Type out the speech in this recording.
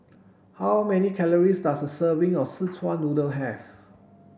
how many calories does a serving of szechuan noodle have